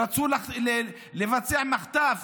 רצו לבצע מחטף